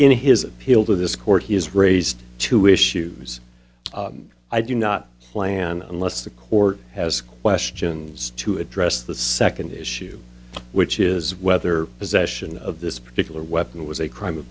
in his appeal to this court he has raised two issues i do not plan unless the court has questions to address the second issue which is whether possession of this particular weapon was a crime of